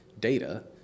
data